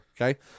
Okay